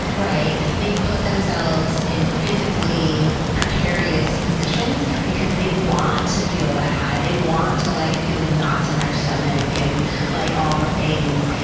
they put themselves in physically precarious positions because they want to feel that high. they want to like feel the knots in their stomach and like all the things,